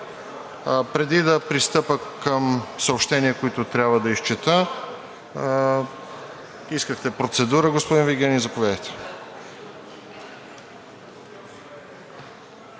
Преди да пристъпя към съобщения, които трябва да изчета – искахте процедура, господин Вигенин. Заповядайте.